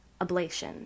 ablation